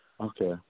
Okay